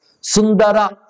Sundara